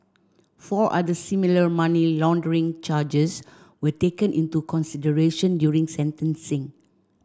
four other similar money laundering charges were taken into consideration during sentencing